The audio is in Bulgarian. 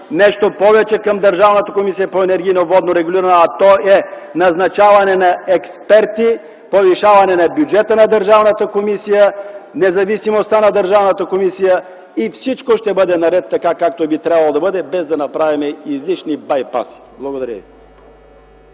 нещо повече към Държавната комисия по енергийно и водно регулиране, а то е – назначаване на експерти, повишаване на бюджета на Държавната комисия, независимостта на Държавната комисия и всичко ще бъде наред, така както би трябвало да бъде, без да правим излишни байпаси. Благодаря ви.